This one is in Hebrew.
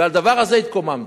ועל הדבר הזה התקוממתי.